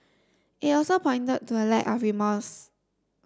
it also pointed to a lack of remorse